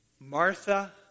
Martha